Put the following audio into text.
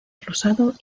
rosado